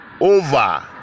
over